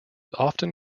often